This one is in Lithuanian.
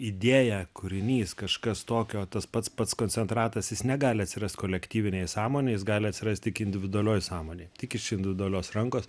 idėją kūrinys kažkas tokio tas pats pats koncentratas jis negali atsirast kolektyvinėj sąmonėj jis gali atsirasti individualioj sąmonėj tik iš individualios rankos